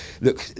look